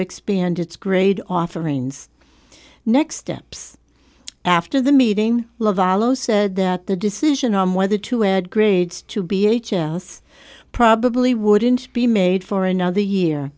expand its grade offerings next steps after the meeting love alo said that the decision on whether to add grades to be h s probably wouldn't be made for another year